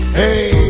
hey